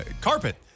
carpet